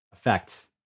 effects